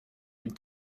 dem